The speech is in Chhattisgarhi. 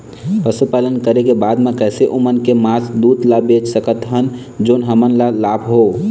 पशुपालन करें के बाद हम कैसे ओमन के मास, दूध ला बेच सकत हन जोन हमन ला लाभ हो?